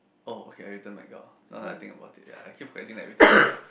oh okay I return back your now that I think about it ya I keep forgetting that everytime